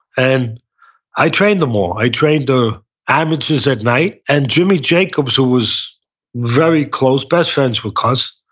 and i trained them all. i trained the amateurs at night and jimmy jacobs, who was very close, best friends with cus,